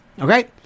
okay